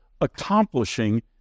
accomplishing